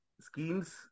schemes